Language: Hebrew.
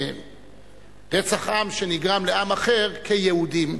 מרצח עם שנגרם לעם אחר, כיהודים.